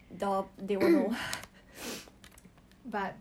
it's very 明显 you compare you compare the